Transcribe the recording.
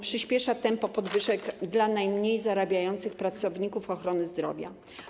Przyspieszyło to tempo podwyżek dla najmniej zarabiających pracowników ochrony zdrowia.